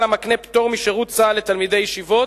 המקנה פטור משירות צה"ל לתלמידי ישיבות,